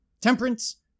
Temperance